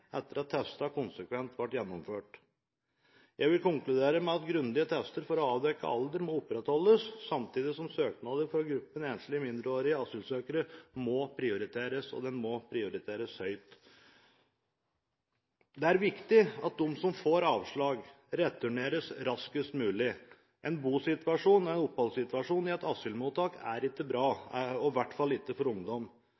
etter at tester konsekvent ble gjennomført. Jeg vil konkludere med at grundige tester for å avdekke alder må opprettholdes, samtidig som søknader fra gruppen enslige mindreårige asylsøkere må prioriteres, og de må prioriteres høyt. Det er viktig at de som får avslag, returneres raskest mulig. En bosituasjon, en oppholdssituasjon, i et asylmottak er ikke bra